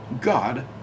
God